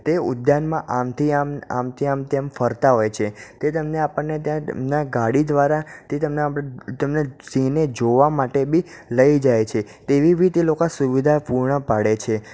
તે ઉદ્યાનમાં આમથી આમ આમથી આમ તેમ ફરતા હોય છે કે તેમને આપણને ત્યાં એમના ગાડી દ્વારા તે તમને તમને સિંહને જોવા માટે બી લઈ જાય છે તેવી બી તે લોકો સુવિધા પૂર્ણ પાડે છે